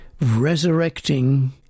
resurrecting